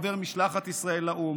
חבר משלחת ישראל לאו"ם,